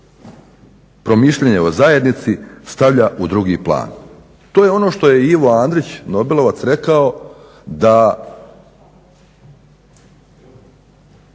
promišljanje o zajednici stavlja u drugi plan. To je ono što je Ivo Andrić nobelovac rekao da